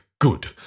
Good